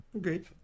Great